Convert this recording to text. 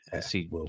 see